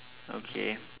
okay